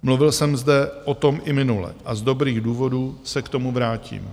Mluvil jsem zde o tom i minule a z dobrých důvodů se k tomu vrátím.